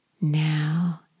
Now